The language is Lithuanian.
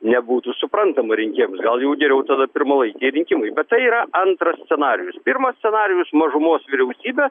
nebūtų suprantama rinkėjams gal jau geriau tada pirmalaikiai rinkimai bet tai yra antras scenarijus pirmas scenarijus mažumos vyriausybė